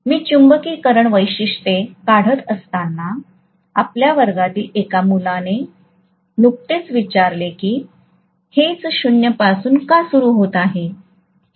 मी चुंबकीकरण वैशिष्ट्ये काढत असताना आपल्या वर्गातील एकाने नुकतेच विचारले की हेच 0 पासून का सुरू होत आहे